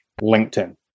LinkedIn